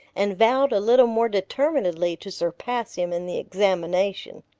and vowed a little more determinedly to surpass him in the examination.